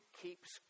keeps